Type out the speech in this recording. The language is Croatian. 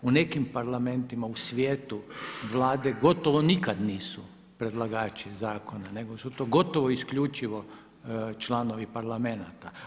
U nekim parlamentima u svijetu vlade gotovo nikada nisu predlagači zakona nego su to gotovo isključivo članovi parlamenata.